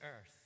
earth